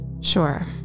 Sure